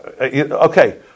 okay